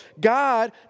God